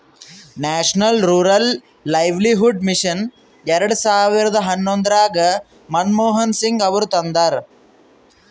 national rural livelihood mission ಎರೆಡ ಸಾವಿರದ ಹನ್ನೊಂದರಾಗ ಮನಮೋಹನ್ ಸಿಂಗ್ ಅವರು ತಂದಾರ